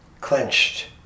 clenched